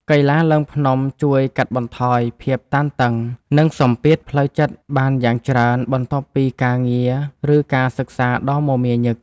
កីឡាឡើងភ្នំជួយកាត់បន្ថយភាពតានតឹង និងសម្ពាធផ្លូវចិត្តបានយ៉ាងច្រើន បន្ទាប់ពីការងារ ឬការសិក្សាដ៏មមាញឹក។